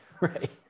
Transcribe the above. right